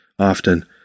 often